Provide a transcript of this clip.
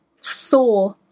saw